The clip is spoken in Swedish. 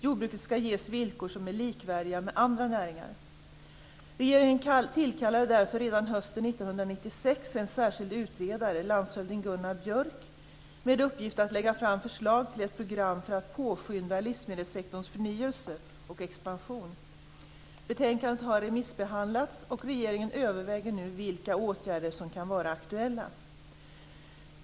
Jordbruket skall ges villkor som är likvärdiga med andra näringars. Regeringen tillkallade därför redan hösten 1996 en särskild utredare, landshövding Gunnar Björk, med uppgift att lägga fram förslag till ett program för att påskynda livsmedelssektorns förnyelse och expansion. Betänkandet har remissbehandlats och regeringen överväger nu vilka åtgärder som kan vara aktuella.